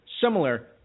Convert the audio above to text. similar